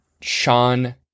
Sean